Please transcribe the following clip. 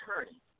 attorney